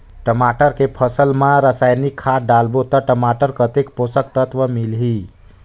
टमाटर के फसल मा रसायनिक खाद डालबो ता टमाटर कतेक पोषक तत्व मिलही?